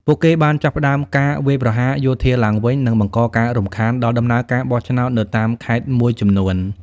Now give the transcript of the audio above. ពួកគេបានចាប់ផ្ដើមការវាយប្រហារយោធាឡើងវិញ និងបង្កការរំខានដល់ដំណើរការបោះឆ្នោតនៅតាមខេត្តមួយចំនួន។